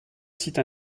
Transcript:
site